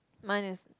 mine is